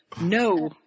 No